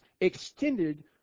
extended